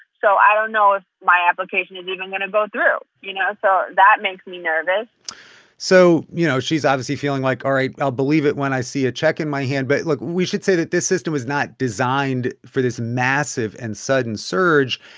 so i don't know if my application is even going to go through, you know? so that makes me nervous so you know, she's obviously feeling, like, all right, i'll believe it when i see a check in my hand. but look we should say that this system was not designed for this massive and sudden surge.